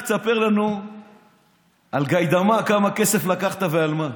רק פעם תספר לנו על גאידמק, כמה כסף לקחת ועל מה.